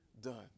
done